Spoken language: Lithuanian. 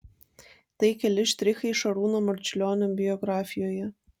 tai keli štrichai šarūno marčiulionio biografijoje